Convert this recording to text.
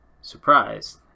surprised